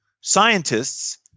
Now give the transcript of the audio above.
scientists